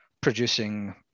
producing